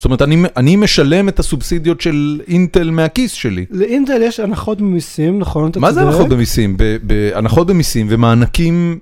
זאת אומרת, אני משלם את הסובסידיות של אינטל מהכיס שלי. לאינטל יש הנחות במיסים, נכון אתה צודק? מה זה הנחות במיסים? הנחות במיסים ומענקים...